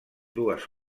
dues